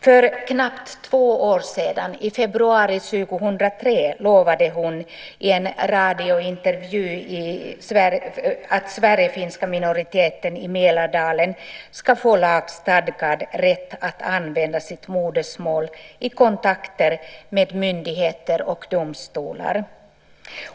För knappt två år sedan - i februari 2003 - lovade hon i en radiointervju att den sverigefinska minoriteten i Mälardalen ska få lagstadgad rätt att använda sitt modersmål i kontakter med myndigheter och domstolar.